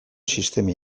sistema